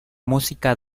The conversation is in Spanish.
música